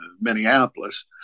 Minneapolis